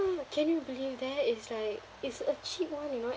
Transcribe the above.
can you believe that it's like it's a cheap one you know